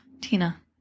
Tina